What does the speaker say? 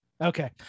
Okay